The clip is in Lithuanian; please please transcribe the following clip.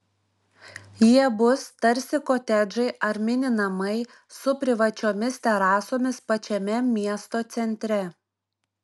jie bus tarsi kotedžai ar mini namai su privačiomis terasomis pačiame miesto centre